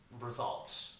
result